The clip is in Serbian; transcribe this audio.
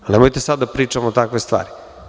Nemojte sada da pričamo takve stvari.